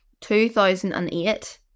2008